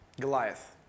Goliath